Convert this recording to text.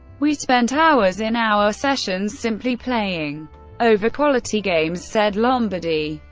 we spent hours in our sessions, simply playing over quality games, said lombardy.